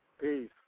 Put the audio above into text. Peace